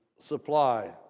supply